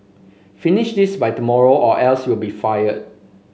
finish this by tomorrow or else you'll be fired